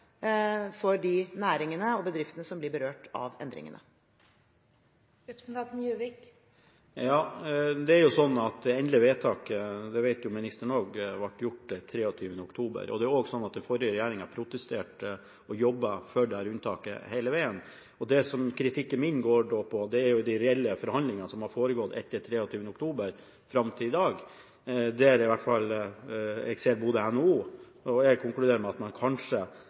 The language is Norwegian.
for de næringene og bedriftene som blir berørt av endringene. Nå er det sånn at det endelige vedtaket – og det vet også ministeren – ble gjort den 23. oktober, og det er også sånn at den forrige regjeringen protesterte og jobbet for dette unntaket hele veien. Det kritikken min går på, er de reelle forhandlingene som har foregått etter 23. oktober fram til i dag, og jeg ser at både NHO – og jeg – konkluderer med at man